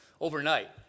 overnight